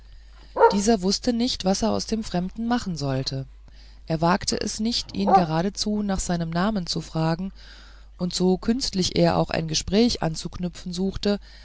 er aus dem fremden machen sollte er wagte es nicht ihn geradezu nach seinem namen zu fragen und so künstlich er auch ein gespräch anzuknüpfen suchte